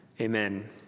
Amen